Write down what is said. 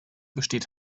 besteht